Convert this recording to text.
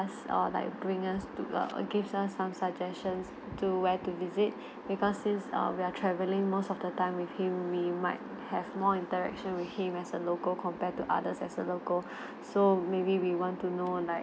~us or like bring us to err give us some suggestions to where to visit because since ah we're traveling most of the time with him we might have more interaction with him as a local compared to others as a local so maybe we want to know like